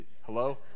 Hello